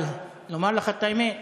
אבל לומר לך את האמת,